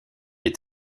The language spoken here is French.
est